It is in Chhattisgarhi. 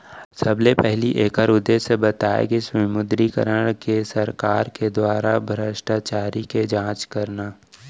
सबले पहिली ऐखर उद्देश्य बताए गिस विमुद्रीकरन के सरकार के दुवारा भस्टाचारी के जाँच करना